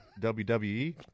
WWE